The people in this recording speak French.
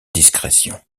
discrétion